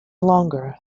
longer